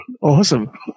Awesome